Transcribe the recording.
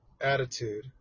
attitude